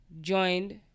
joined